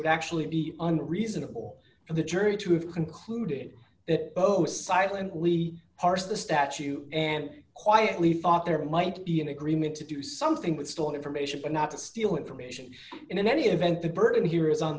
would actually be an reasonable for the jury to have concluded oh silently parsed the statue and quietly thought there might be an agreement to do something with stolen information but not to steal information in any event the burden here is on